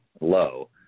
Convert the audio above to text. low –